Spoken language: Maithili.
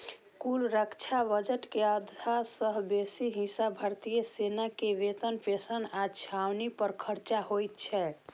कुल रक्षा बजट के आधा सं बेसी हिस्सा भारतीय सेना के वेतन, पेंशन आ छावनी पर खर्च होइ छै